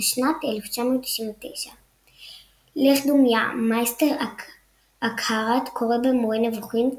תשנ"ט 1999. לך דומיה מייסטר אקהרט קורא במורה נבוכים,